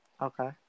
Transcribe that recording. Okay